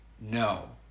no